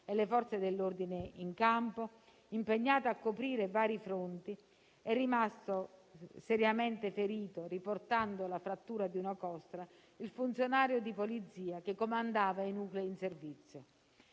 e le Forze dell'ordine in campo impegnate a coprire vari fronti, è rimasto seriamente ferito, riportando la frattura di una costola, il funzionario di Polizia che comandava i nuclei in servizio.